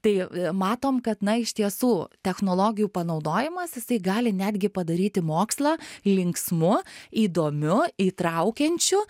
tai matom kad na iš tiesų technologijų panaudojimas jisai gali netgi padaryti mokslą linksmu įdomiu įtraukiančiu